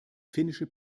finnische